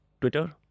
Twitter